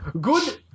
Good